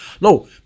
No